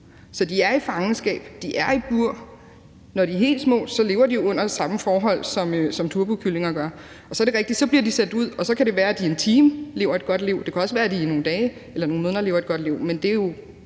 Så de er i fangenskab; de er i bur. Når de er helt små, lever de under samme forhold, som turbokyllinger gør. Så er det rigtigt, at de bliver sendt ud, og så kan det være, at de i en time lever et godt liv. Det kan også være, at de i nogle dage eller i nogle måneder lever et godt liv, men det er jo